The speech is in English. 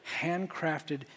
handcrafted